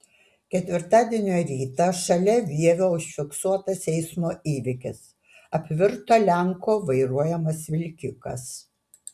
ketvirtadienio rytą šalia vievio užfiksuotas eismo įvykis apvirto lenko vairuojamas vilkikas